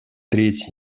треть